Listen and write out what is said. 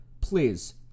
please